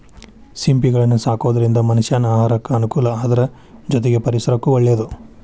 ಸಿಂಪಿಗಳನ್ನ ಸಾಕೋದ್ರಿಂದ ಮನಷ್ಯಾನ ಆಹಾರಕ್ಕ ಅನುಕೂಲ ಅದ್ರ ಜೊತೆಗೆ ಪರಿಸರಕ್ಕೂ ಒಳ್ಳೇದು